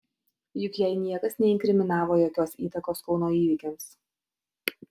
juk jai niekas neinkriminavo jokios įtakos kauno įvykiams